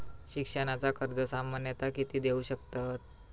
शिक्षणाचा कर्ज सामन्यता किती देऊ शकतत?